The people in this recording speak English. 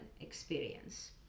experience